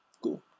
cool